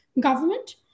government